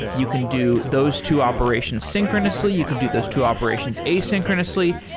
you can do those two operations synchronously. you can do those two operations asynchronously.